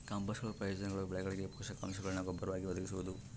ಕಾಂಪೋಸ್ಟ್ನ ಪ್ರಯೋಜನಗಳು ಬೆಳೆಗಳಿಗೆ ಪೋಷಕಾಂಶಗುಳ್ನ ಗೊಬ್ಬರವಾಗಿ ಒದಗಿಸುವುದು